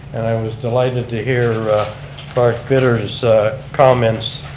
and i was delighted to hear clark bitters' comments,